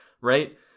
right